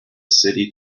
city